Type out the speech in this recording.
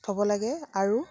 থ'ব লাগে আৰু